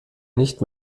nicht